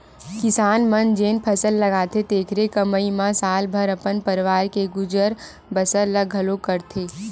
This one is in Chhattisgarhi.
किसान मन जेन फसल लगाथे तेखरे कमई म साल भर अपन परवार के गुजर बसर ल घलोक करथे